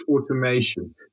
automation